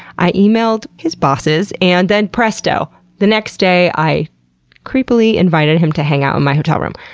i emailed his bosses and then presto! the next day i creepily invited him to hang out in my hotel room.